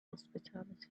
hospitality